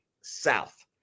South